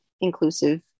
inclusive